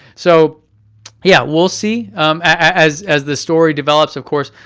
so yeah we'll see as as the story develops. of course,